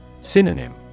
Synonym